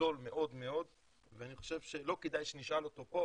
גדול מאוד מאוד ואני חושב שלא כדאי שנשאל אותו פה